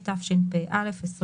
התשפ"א 2021.""